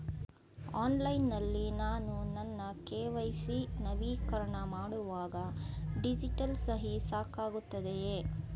Online ನಲ್ಲಿ ನಾನು ನನ್ನ ಕೆ.ವೈ.ಸಿ ನವೀಕರಣ ಮಾಡುವಾಗ ಡಿಜಿಟಲ್ ಸಹಿ ಸಾಕಾಗುತ್ತದೆಯೇ?